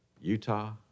Utah